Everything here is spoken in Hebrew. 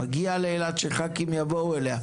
מגיע לאילת שח"כים יבואו אליה.